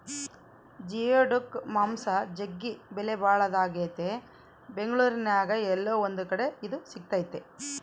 geoduck ಮಾಂಸ ಜಗ್ಗಿ ಬೆಲೆಬಾಳದಾಗೆತೆ ಬೆಂಗಳೂರಿನ್ಯಾಗ ಏಲ್ಲೊ ಒಂದು ಕಡೆ ಇದು ಸಿಕ್ತತೆ